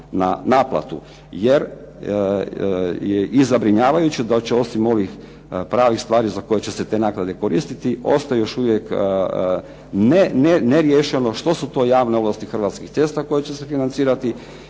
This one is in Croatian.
na naplatu, jer je i zabrinjavajuće da će osim ovih pravih stvari za koje će se te naknade koristiti, ostaje još uvijek neriješeno što su to javne ovlasti Hrvatskih cesta koje će se financirati